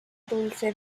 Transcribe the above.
dulce